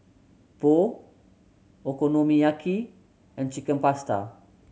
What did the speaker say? Pho Okonomiyaki and Chicken Pasta